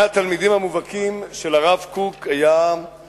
מהתלמידים המובהקים של הרב קוק היה מורנו ורבנו,